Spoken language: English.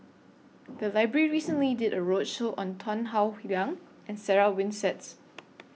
The Library recently did A roadshow on Tan Howe Liang and Sarah Winstedt